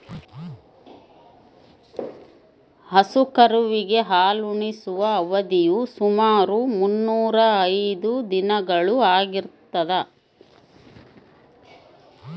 ಹಸು ಕರುವಿಗೆ ಹಾಲುಣಿಸುವ ಅವಧಿಯು ಸುಮಾರು ಮುನ್ನೂರಾ ಐದು ದಿನಗಳು ಆಗಿರ್ತದ